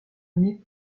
année